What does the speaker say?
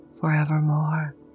forevermore